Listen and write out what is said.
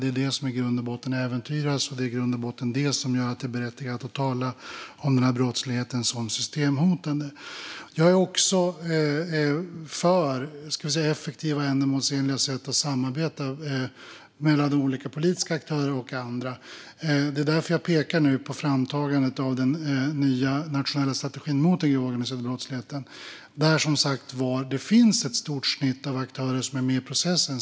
Det är det som i grund och botten äventyras, och det är i grund och botten det som gör det berättigat att tala om den här brottsligheten som systemhotande. Jag är också för effektiva och ändamålsenliga sätt att samarbeta mellan olika politiska aktörer och andra. Det är därför jag nu pekar på framtagandet av den nya nationella strategin mot den grova organiserade brottsligheten, där det som sagt finns ett stort antal aktörer som är med i processen.